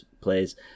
plays